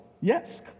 Yes